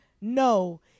No